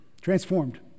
Transformed